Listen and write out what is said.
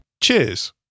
Cheers